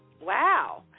Wow